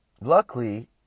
luckily